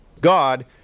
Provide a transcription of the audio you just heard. God